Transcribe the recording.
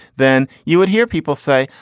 then you would hear people say,